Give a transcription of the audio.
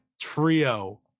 trio –